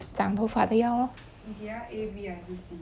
长头发的药 lor